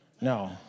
No